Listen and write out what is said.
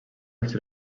els